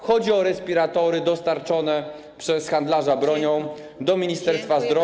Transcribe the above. Chodzi o respiratory dostarczone przez handlarza bronią do Ministerstwa Zdrowia.